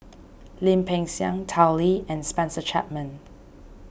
Lim Peng Siang Tao Li and Spencer Chapman